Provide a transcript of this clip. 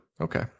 Okay